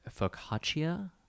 focaccia